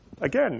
again